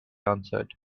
answered